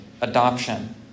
adoption